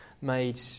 made